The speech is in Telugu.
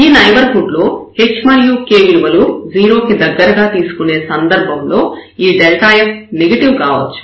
ఈ నైబర్హుడ్ లో h మరియు k విలువలు 0 కి దగ్గరగా తీసుకునే సందర్భంలో ఈ f నెగెటివ్ కావచ్చు